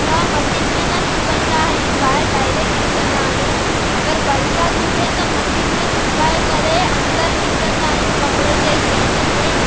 त मसीन में न सुकाईंदा आहियूं ॿाहिरि डाइरेक्ट विझंदा आहियूं अगरि बरसाति हुजे त मसीन में सुकाए करे अंदरि विझंदा आहियूं कपिड़े जे स्टेंड में